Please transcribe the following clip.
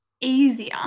easier